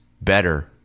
better